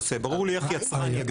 ברור לי איך יצרן יגדיר.